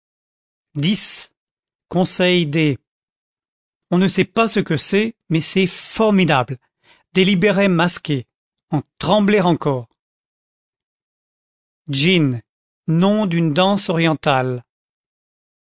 on ne sait pas ce que c'est mais c'est formidable délibérait masqué en trembler encore djinn nom d'une danse orientale